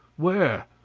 where?